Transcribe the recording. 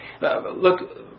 Look